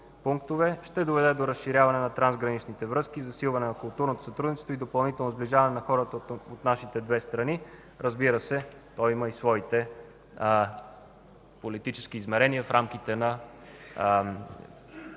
пунктове, ще доведе до разширяване на трансграничните връзки, засилване на културното сътрудничество и допълнително сближаване на хората от нашите две страни. Разбира се, то има и своите политически измерения в рамките на